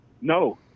No